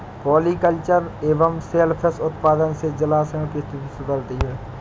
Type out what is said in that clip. polyculture एवं सेल फिश उत्पादन से जलाशयों की स्थिति सुधरती है